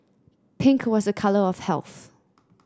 pink was a colour of health